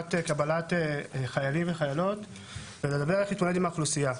לקראת קבלת חיילים וחיילות ולגבי איך להתמודד עם האוכלוסייה.